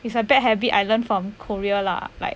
is a bad habit I learned from korea lah like